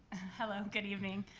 hello, good evening.